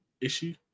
issue